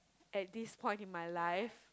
at this point in my life